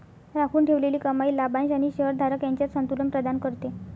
राखून ठेवलेली कमाई लाभांश आणि शेअर धारक यांच्यात संतुलन प्रदान करते